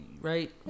right